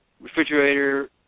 Refrigerator